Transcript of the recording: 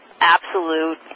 absolute